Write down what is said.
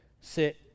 sit